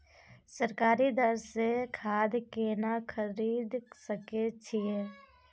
सरकारी दर से खाद केना खरीद सकै छिये?